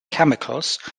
chemicals